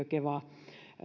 keva